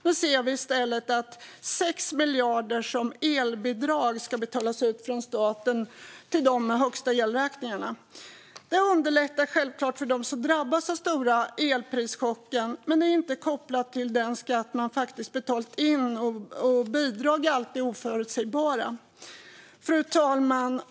Nu ser vi i stället att 6 miljarder i elbidrag ska betalas ut från staten till dem med de högsta elräkningarna. Det underlättar självklart för dem som drabbas av stora elprischocker, men det är inte kopplat till den skatt man faktiskt betalat in. Bidrag är också alltid oförutsägbara. Fru talman!